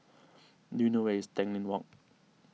do you know where is Tanglin Walk